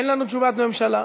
אין לנו תשובת ממשלה.